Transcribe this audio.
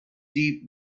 deep